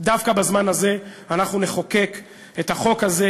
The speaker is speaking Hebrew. דווקא בזמן הזה אנחנו נחוקק את החוק הזה,